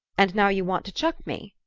and now you want to chuck me?